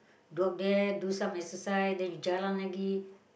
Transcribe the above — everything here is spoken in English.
drop there do some exercise then you jalan lagi